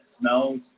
smells